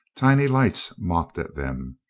tiny lights mocked at them.